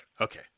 Okay